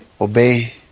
Obey